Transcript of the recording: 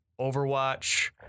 Overwatch